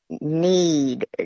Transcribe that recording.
need